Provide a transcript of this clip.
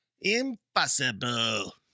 Impossible